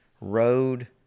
Road